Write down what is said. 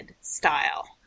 style